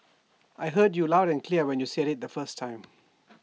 I heard you loud and clear when you said IT the first time